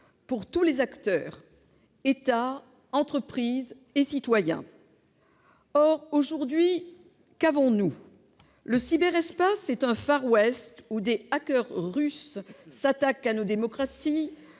pour tous les acteurs : États, entreprises et citoyens. Aujourd'hui, où en sommes-nous ? Le cyberespace est un far west où des russes s'attaquent à nos démocraties,